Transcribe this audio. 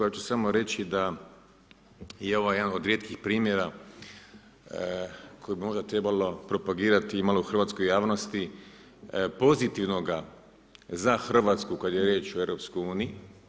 Ja ću samo reći, da je ovo jedan od rijetkih primjera, koje bi možda trebalo propagirati hrvatskoj javnosti pozitivnoga za Hrvatsku, kada je riječ o EU.